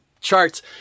charts